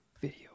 video